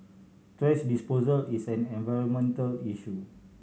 thrash disposal is an environmental issue